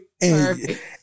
perfect